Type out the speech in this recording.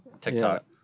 TikTok